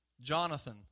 Jonathan